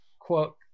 quote